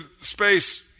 space